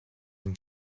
une